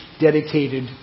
dedicated